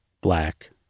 black